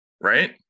right